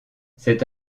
c’est